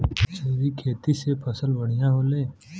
जैविक खेती से फसल बढ़िया होले